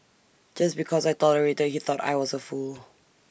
just because I tolerated he thought I was A fool